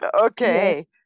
Okay